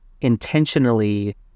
intentionally